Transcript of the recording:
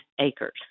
acres